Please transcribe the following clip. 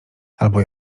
albo